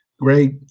Great